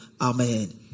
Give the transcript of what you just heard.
Amen